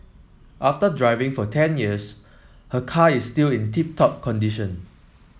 after driving for ten years her car is still in tip top condition